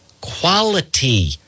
Quality